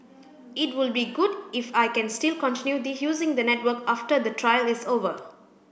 it would be good if I can still continue using the network after the trial is over